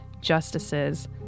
justices